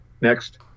Next